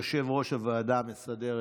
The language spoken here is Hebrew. יושב-ראש הוועדה המסדרת,